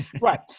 right